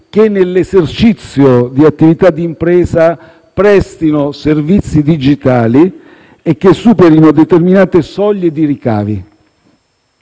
che, nell'esercizio di attività di impresa, prestino servizi digitali e che superino determinate soglie di ricavi,